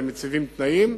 ומציבים תנאים,